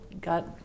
got